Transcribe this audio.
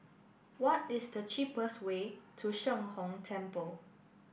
what is the cheapest way to Sheng Hong Temple